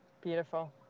Beautiful